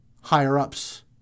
higher-ups